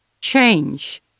change